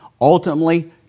Ultimately